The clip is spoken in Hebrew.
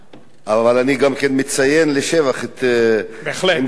אבל אני גם מציין לשבח את עמדתו של